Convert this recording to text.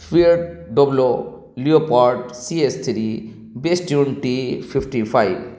Fiat W leopard C S three بیس twenty fifty five